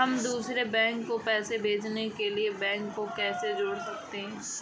हम दूसरे बैंक को पैसे भेजने के लिए बैंक को कैसे जोड़ सकते हैं?